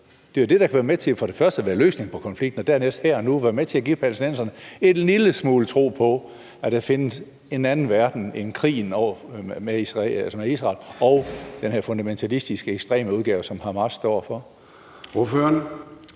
og dernæst her og nu være med til at give palæstinenserne en lille smule tro på, at der findes en anden verden end krigen med Israel og den her fundamentalistiske, ekstreme udgave, som Hamas står for.